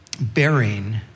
bearing